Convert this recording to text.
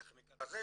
את הכימיקל הזה,